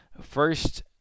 First